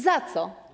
Za co?